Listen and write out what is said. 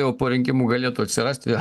jau po rinkimų galėtų atsirasti